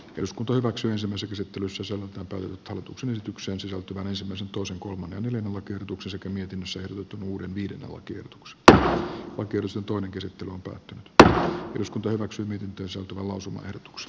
jos kutoivat myös asekäsittelyssä savuton peluuttanutuksen esitykseen sisältyvä esitys tosin kolmannen pelin lakiehdotuksessa kemin nyt voidaan hyväksyä tai hylätä lakiehdotukset joiden sisällöstä päätettiin ensimmäisessä käsittelyssä